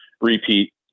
repeat